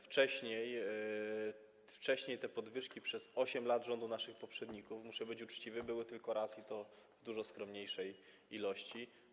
Wcześniej te podwyżki przez 8 lat rządów naszych poprzedników - muszę być uczciwy - były tylko raz, i to w dużo skromniejszej ilości.